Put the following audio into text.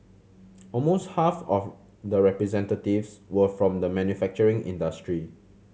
almost half of the representatives were from the manufacturing industry